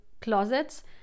closets